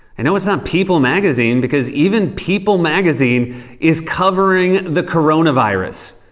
and know it's not people magazine because even people magazine is covering the coronavirus.